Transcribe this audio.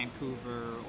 Vancouver